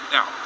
Now